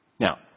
Now